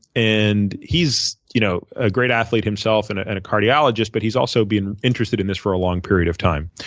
and he's you know a great athlete himself and and a cardiologist. but he's also been interested in this for a long period of time.